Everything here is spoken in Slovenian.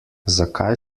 zakaj